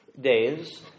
days